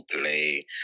play